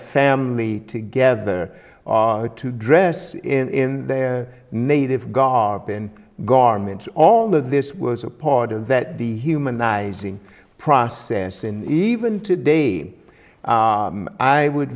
family together or to dress in their native garb in garments all of this was a part of that the humanizing process in even today i would